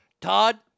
Todd